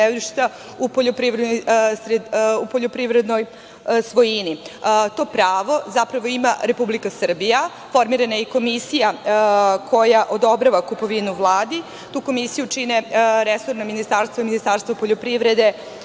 u poljoprivrednoj svojini. To pravo zapravo ima Republika Srbija, formirana je i komisija koja odobrava kupovinu Vladi. Tu komisiju čine resorna ministarstva Ministarstvo poljoprivrede